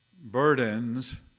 burdens